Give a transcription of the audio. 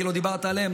כי לא דיברת עליהם.